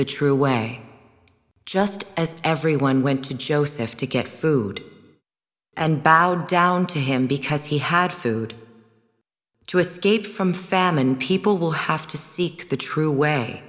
the true way just as everyone went to joseph to get food and bow down to him because he had food to escape from famine people will have to seek the true way